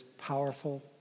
powerful